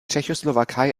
tschechoslowakei